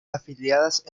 afiliadas